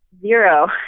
zero